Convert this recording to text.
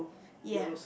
ya